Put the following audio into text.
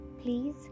please